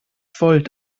volt